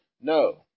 No